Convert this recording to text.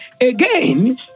again